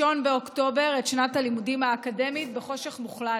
באוקטובר את שנת הלימודים האקדמית בחושך מוחלט.